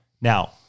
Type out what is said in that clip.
Now